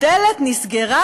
הדלת נסגרה.